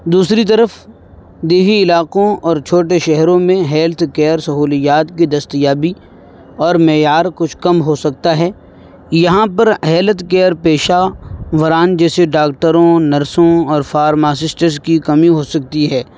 دوسری طرف دیہی علاقوں اور چھوٹے شہروں میں ہیلتھ کیئر سہولیات کی دستیابی اور معیار کچھ کم ہو سکتا ہے یہاں پر ہیلتھ کیئر پیشہ وران جیسے ڈاکٹروں نرسوں اور فارماسسٹس کی کمی ہو سکتی ہے